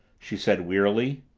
she said wearily.